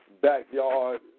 backyard